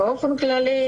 באופן כללי,